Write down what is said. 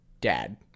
dad